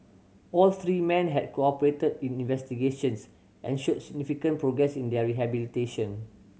all three men had cooperated in investigations and shown significant progress in their rehabilitation